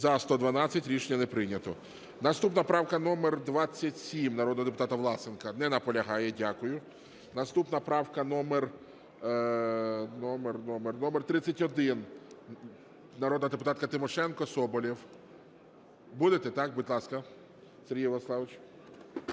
За-112 Рішення не прийнято. Наступна правка номер 27 народного депутата Власенка. Не наполягає. Наступна правка номер 31 народна депутатка Тимошенко, Соболєв. Будете, так? Будь ласка, Сергій Владиславович.